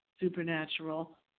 supernatural